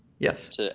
Yes